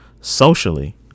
socially